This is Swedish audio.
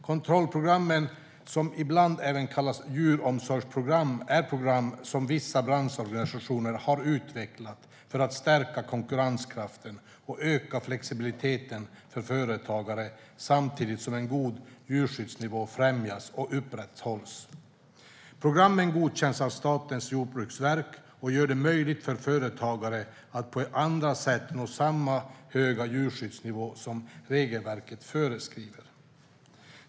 Kontrollprogram - som ibland även kallas djuromsorgsprogram - är program som vissa branschorganisationer har utvecklat för att stärka konkurrenskraften och öka flexibiliteten för företagare samtidigt som en god djurskyddsnivå främjas och upprätthålls. Programmen godkänns av Statens jordbruksverk och gör det möjligt för företagare att på andra sätt nå samma höga djurskyddsnivå som regelverket föreskriver.